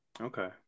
Okay